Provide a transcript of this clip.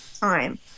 time